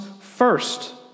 first